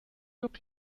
look